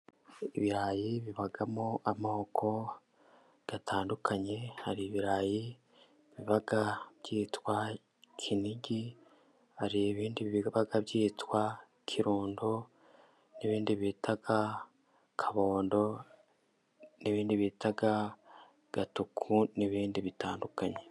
Ibirayi bibamo amoko atandukanye hari: ibirayi biba byitwa kinigi, hari ibindi byitwa kirundo, n' ibindi bita kabondo, n' ibindi bita gatuku, n' ibindi bitandukanye.